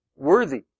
worthy